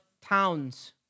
towns